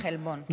תחליפי חלבון,